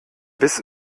biss